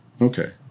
Okay